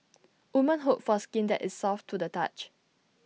women hope for skin that is soft to the touch